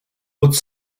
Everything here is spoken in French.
haute